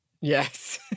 Yes